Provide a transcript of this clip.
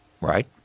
Right